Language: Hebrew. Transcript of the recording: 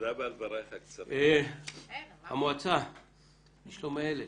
המועצה לשלום הילד.